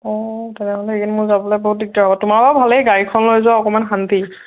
অঁ তেনেহ'লে সেইকেইদিন মোৰ যাবলৈ বহুত দিগদাৰ হ'ব তোমাৰ বাৰু ভালেই গাড়ীখন লৈ যােৱা অকণমান শান্তি